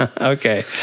Okay